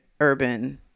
urban